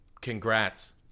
congrats